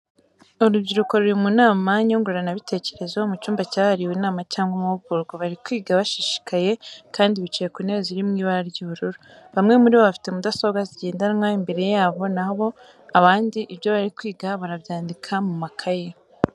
Urubyiruko ruri mu nama nyunguranabitekerezo mu cyumba cyahariwe inama cyangwa amahugurwa, bari kwiga bashishikaye kandi bicaye ku ntebe ziri mu ibara ry'ubururu. Bamwe muri bo bafite mudasobwa zigendanwa imbere yabo, na ho abandi ibyo bari kwiga barabyandika mu makaye.